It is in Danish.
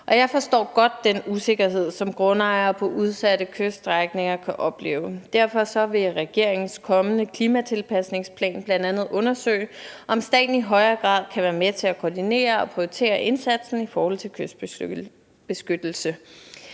jeg forstår godt den usikkerhed, som grundejere på udsatte kyststrækninger kan opleve. Derfor vil regeringens kommende klimatilpasningsplan bl.a. undersøge, om staten i højere grad kan være med til at koordinere og prioritere indsatsen i forhold til kystbeskyttelse.